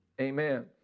Amen